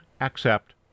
accept